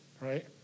Right